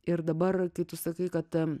ir dabar kai tu sakai kad